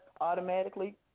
automatically